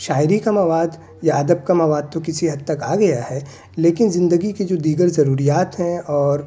شاعری کا مواد یا ادب کا مواد تو کسی حد تک آ گیا ہے لیکن زندگی کی جو دیگر ضروریات ہیں اور